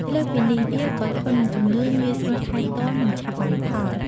លើសពីនេះ វាក៏ធន់នឹងជំងឺ ងាយស្រួលថែទាំ និងឆាប់បានផល។